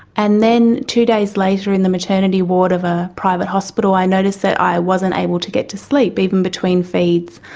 and then two days later in the maternity ward of a private hospital i noticed that i wasn't able to get to sleep, even between feeds.